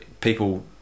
People